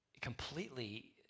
completely